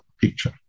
picture